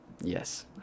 Yes